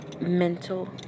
mental